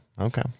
okay